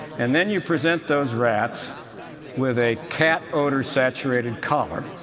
and then you present those rats with a cat odor-saturated collar,